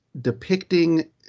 depicting